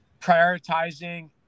prioritizing